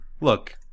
Look